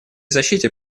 защите